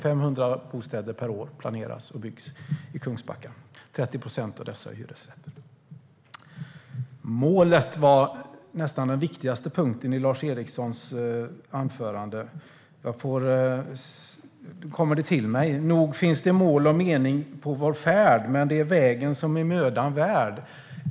500 bostäder per år planeras och byggs i Kungsbacka. 30 procent av dessa är hyresrätter. Målet var nästan den viktigaste punkten i Lars Erikssons anförande. Då kommer jag att tänka på strofen: "Nog finns det mål och mening i vår färd - men det är vägen, som är mödan värd."